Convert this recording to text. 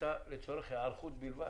הייתה לצורך היערכות בלבד.